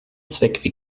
zweck